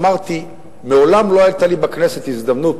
אמרתי שמעולם לא היתה לי בכנסת הזדמנות